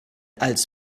als